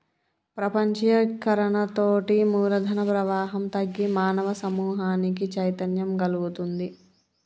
ప్రపంచీకరణతోటి మూలధన ప్రవాహం తగ్గి మానవ సమూహానికి చైతన్యం గల్గుతుంది